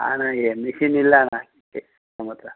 ಅಣ್ಣ ಏ ಮಿಷಿನ್ ಇಲ್ಲ ಅಣ್ಣ ನಮ್ಮತ್ತಿರ